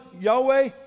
Yahweh